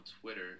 Twitter